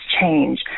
change